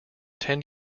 ten